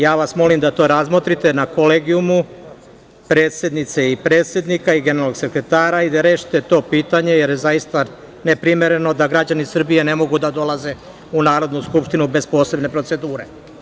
Ja vas molim da to razmotrite na kolegijumu, predsednice i predsednika i generalnog sekretara i da rešite to pitanje, jer je zaista ne primereno da građani Srbije ne mogu da dolaze u Narodnu skupštinu bez posebne procesure.